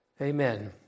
Amen